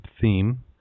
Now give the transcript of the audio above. theme